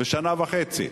ושנה וחצי.